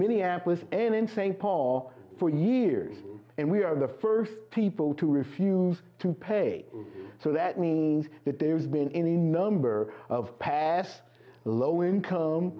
minneapolis and in st paul for years and we are the first people to refuse to pay so that means that there's been a number of past low income